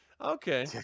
Okay